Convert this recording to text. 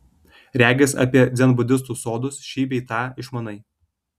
regis apie dzenbudistų sodus šį bei tą išmanai